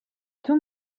too